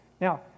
Now